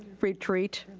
retreat,